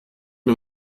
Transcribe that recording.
mir